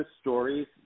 Stories